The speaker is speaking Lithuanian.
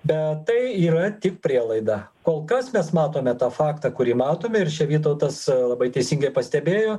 bet tai yra tik prielaida kol kas mes matome tą faktą kurį matome ir čia vytautas labai teisingai pastebėjo